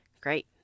great